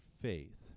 faith